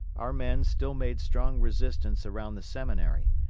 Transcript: our men still made strong resistance around the seminary,